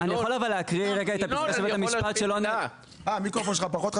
ינון --- אני יכול להקריא את הפסיקה של בית המשפט?